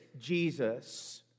Jesus